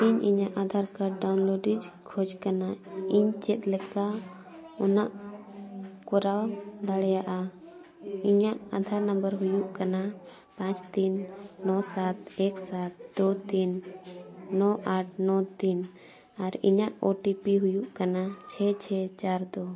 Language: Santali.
ᱤᱧ ᱤᱧᱟᱹᱜ ᱟᱫᱷᱟᱨ ᱠᱟᱨᱰ ᱰᱟᱣᱩᱱᱞᱳᱰ ᱤᱧ ᱠᱷᱚᱡᱽ ᱠᱟᱱᱟ ᱤᱧ ᱪᱮᱫ ᱞᱮᱠᱟ ᱚᱱᱟ ᱠᱚᱨᱟᱣ ᱫᱟᱲᱮᱭᱟᱜᱼᱟ ᱤᱧᱟᱹᱜ ᱟᱫᱷᱟᱨ ᱱᱟᱢᱵᱟᱨ ᱦᱩᱭᱩᱜ ᱠᱟᱱᱟ ᱯᱟᱸᱪ ᱛᱤᱱ ᱱᱚ ᱥᱟᱛ ᱮᱠ ᱥᱟᱛ ᱫᱩ ᱛᱤᱱ ᱱᱚ ᱟᱴ ᱱᱚ ᱛᱤᱱ ᱟᱨ ᱤᱧᱟᱹᱜ ᱳ ᱴᱤ ᱯᱤ ᱦᱩᱭᱩᱜ ᱠᱟᱱᱟ ᱪᱷᱮ ᱪᱷᱮ ᱪᱟᱨ ᱫᱩ